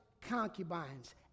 concubines